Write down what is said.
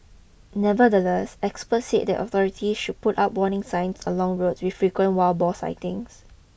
nevertheless experts said that authorities should put up warning signs along roads with frequent wild boar sightings